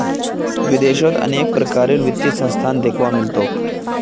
विदेशत अनेक प्रकारेर वित्तीय संस्थान दख्वा मिल तोक